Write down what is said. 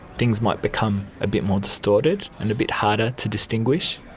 things might become a bit more distorted and a bit harder to distinguish.